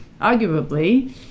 arguably